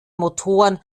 motoren